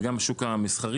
וגם השוק המסחרי,